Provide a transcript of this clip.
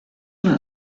una